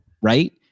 right